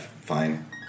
fine